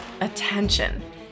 attention